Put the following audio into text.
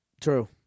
True